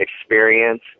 experience